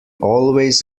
always